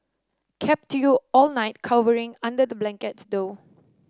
kept you up all night cowering under the blankets though